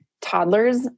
toddlers